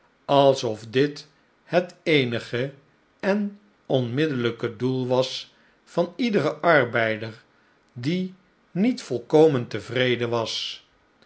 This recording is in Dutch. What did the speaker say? alsof dit het eenige en onmiddellijke doel was van iederen arbeider die niet volkomen tevredenwas en